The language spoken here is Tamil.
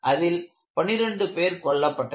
அதில் 12 பேர் கொல்லப்பட்டனர்